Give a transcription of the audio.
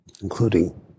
including